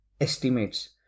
estimates